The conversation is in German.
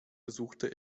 besuchte